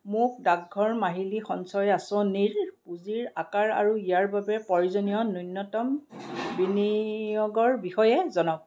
মোক ডাকঘৰ মাহিলী সঞ্চয় আঁচনিৰ পুঁজিৰ আকাৰ আৰু ইয়াৰ বাবে প্ৰয়োজনীয় ন্যূনতম বিনিয়োগৰ বিষয়ে জনাওক